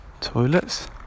toilets